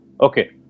Okay